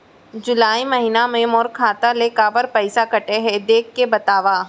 जुलाई महीना मा मोर खाता ले काबर पइसा कटे हे, देख के बतावव?